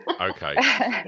Okay